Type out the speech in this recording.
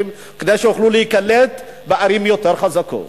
כדי שיוכלו להיקלט בערים היותר חזקות.